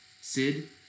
Sid